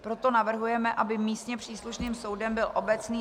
Proto navrhujeme, aby místně příslušným soudem byl obecný